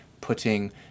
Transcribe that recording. putting